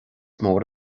mór